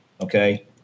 Okay